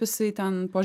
jisai ten po